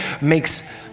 makes